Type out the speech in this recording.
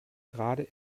gerade